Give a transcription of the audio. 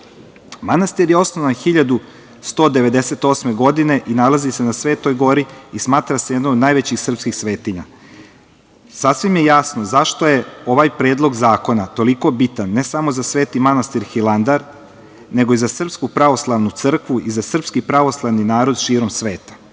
države. Manastir je osnovan 1198. godine i nalazi se na Svetoj gori i smatra se jednom od najvećih srpskih svetinja. Sasvim je jasno zašto je ovaj predlog zakona toliko bitan, ne samo za Sveti manastir Hilandar, nego i za Srpsku pravoslavnu crkvu i za srpski pravoslavni narod širom